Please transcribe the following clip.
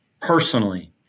personally